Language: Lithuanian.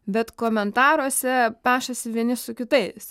bet komentaruose pešasi vieni su kitais